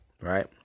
right